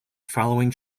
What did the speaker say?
following